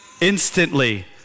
Instantly